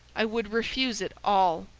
i would refuse it all.